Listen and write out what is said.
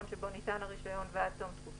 במקום "ובלבד שיתקיימו אלה" יבוא: